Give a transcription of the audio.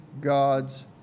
God's